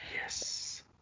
yes